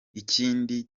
ikindi